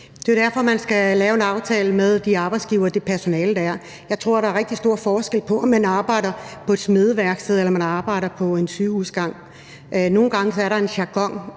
Det er jo derfor, man skal lave en aftale med de arbejdsgivere og det personale, der er. Jeg tror, at der er rigtig stor forskel på, om man arbejder på et smedeværksted, eller om man arbejder på en sygehusgang. Nogle gange er der en jargon,